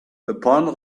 upon